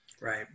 Right